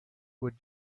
would